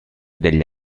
degli